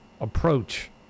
approach